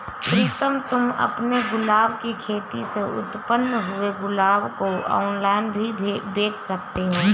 प्रीतम तुम अपने गुलाब की खेती से उत्पन्न हुए गुलाब को ऑनलाइन भी बेंच सकते हो